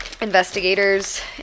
investigators